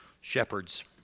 shepherds